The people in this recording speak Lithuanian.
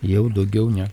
jau daugiau ne